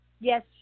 Yes